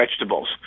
vegetables